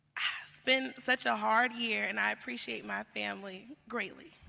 it's been such a hard year and i appreciate my family, greatly.